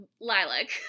lilac